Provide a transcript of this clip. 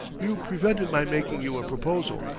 you prevented my making you a proposal,